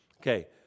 Okay